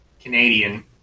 Canadian